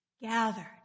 gathered